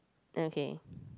okay